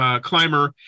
climber